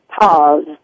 pause